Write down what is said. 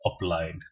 applied